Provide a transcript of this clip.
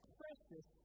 precious